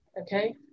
okay